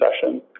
session